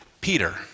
Peter